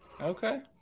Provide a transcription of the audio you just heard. Okay